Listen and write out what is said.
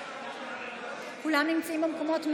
כולם נמצאים במקומות?